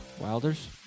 Wilders